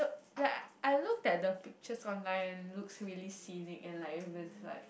like I looked at the pictures online and it looks really scenic and like it was like